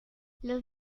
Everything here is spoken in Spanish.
los